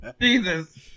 Jesus